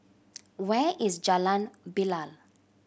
where is Jalan Bilal